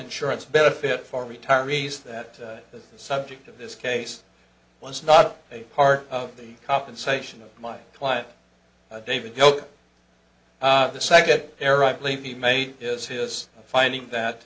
insurance benefit for retirees that the subject of this case was not a part of the compensation of my client david you know the second error i believe he made is his finding that